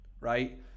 right